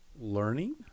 Learning